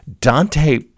Dante